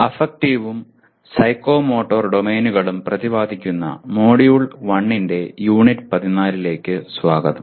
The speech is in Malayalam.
അഫക്റ്റീവും സൈക്കോമോട്ടർ ഡൊമെയ്നുകളും പ്രതിപാദിക്കുന്ന മൊഡ്യൂൾ 1 ന്റെ യൂണിറ്റ് 14 ലേക്ക് സ്വാഗതം